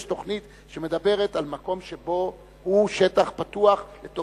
יש תוכנית שמדברת על מקום שבו הוא שטח פתוח לטובת